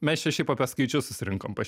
mes čia šiaip apie skaičius susirinkom paš